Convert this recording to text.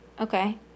Okay